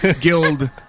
Guild